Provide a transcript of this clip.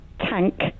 Tank